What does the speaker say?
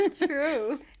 true